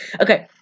Okay